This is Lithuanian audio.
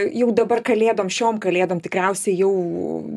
jau dabar kalėdom šioms kalėdom tikriausiai jau